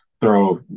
throw